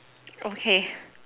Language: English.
okay